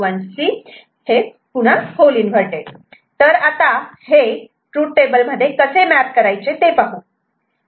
1C' तर आता हे ट्रूथ टेबल मध्ये कसे मॅप करायचे ते पाहू